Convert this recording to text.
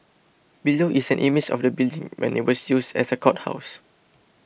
below is an image of the building when it was used as a courthouse